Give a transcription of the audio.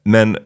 Men